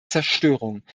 zerstörung